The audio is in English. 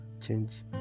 change